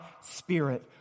spirit